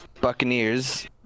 Buccaneers